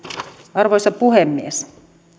arvoisa puhemies